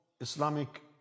Islamic